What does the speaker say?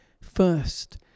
First